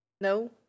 No